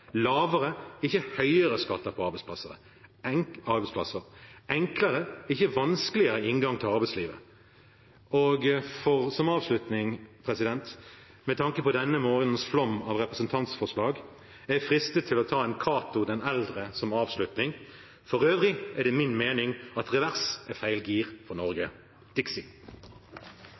lavere, ikke høyere, skatter på arbeidsplasser og ha enklere, ikke vanskeligere, inngang til arbeidslivet. Som avslutning, med tanke på denne morgenens flom av representantforslag, er jeg fristet til å ta en Cato-den-eldre som avslutning: For øvrig er det min mening at revers er feil gir for Norge – dixi.